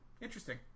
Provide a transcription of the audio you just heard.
Interesting